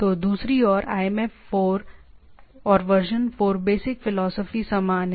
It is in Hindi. तो दूसरी ओर IMAP v4 बेसिक फिलॉसफी समान है